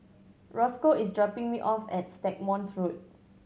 Roscoe is dropping me off at Stagmont Road